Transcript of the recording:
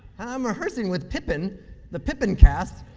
i'm rehearsing with pippin' the pippin cast,